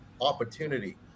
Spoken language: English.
opportunity